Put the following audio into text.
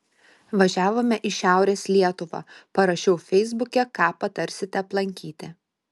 važiavome į šiaurės lietuvą parašiau feisbuke ką patarsite aplankyti